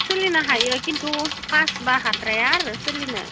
सोलिनो हायो खिन्थु मासब्ला हाद्राया आरो सोलिनो